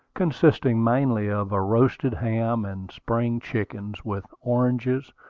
consisting mainly of a roasted ham and spring chickens, with oranges,